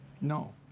No